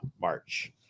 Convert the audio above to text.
march